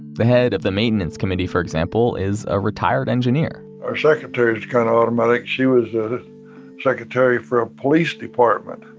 the head of the maintenance committee, for example, is a retired engineer our secretary's kind of automatic. she was the secretary for a police department.